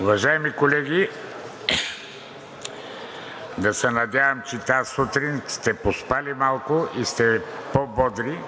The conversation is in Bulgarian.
Уважаеми колеги, да се надявам, че тази сутрин сте поспали малко и сте по-бодри